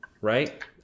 right